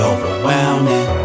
Overwhelming